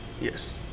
Yes